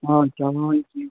آ چَلان چھِی